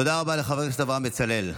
תודה רבה לחבר הכנסת אברהם בצלאל.